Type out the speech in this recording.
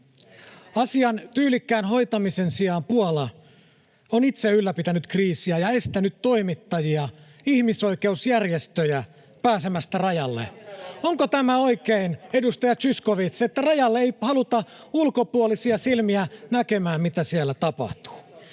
Asian tyylikkään hoitamisen sijaan Puola on itse ylläpitänyt kriisiä ja estänyt toimittajia ja ihmisoikeusjärjestöjä pääsemästä rajalle. — Onko tämä oikein, edustaja Zyskowicz, että rajalle ei haluta ulkopuolisia silmiä näkemään, mitä siellä tapahtuu?